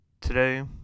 Today